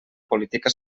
política